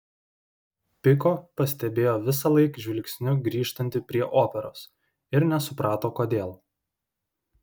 piko pastebėjo visąlaik žvilgsniu grįžtanti prie operos ir nesuprato kodėl